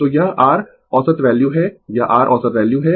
तो यह r औसत वैल्यू है यह r औसत वैल्यू है